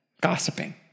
gossiping